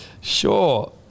Sure